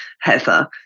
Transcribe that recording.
Heather